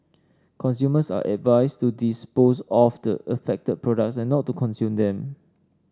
consumers are advised to dispose of the affected products and not to consume them